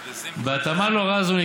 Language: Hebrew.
בהתאמה להוראה זו,